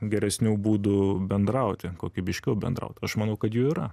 geresnių būdų bendrauti kokybiškiau bendraut aš manau kad jų yra